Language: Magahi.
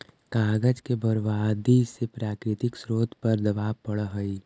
कागज के बर्बादी से प्राकृतिक स्रोत पर दवाब बढ़ऽ हई